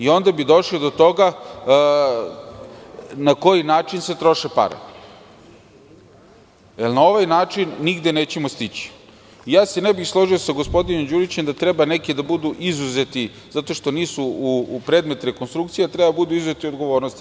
Onda bi došli do toga na koji način se troše pare, jer na ovaj način nigde nećemo stići i ne bih se složio sa gospodinom Đurićem da treba neki da budu izuzeti, zato što nisu predmet rekonstrukcije, da treba da budu izuzeti od odgovornosti.